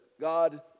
God